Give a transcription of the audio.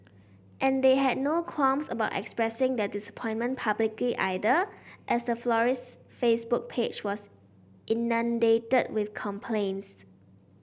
and they had no qualms about expressing their disappointment publicly either as the florist's Facebook page was inundated with complaints